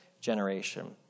generation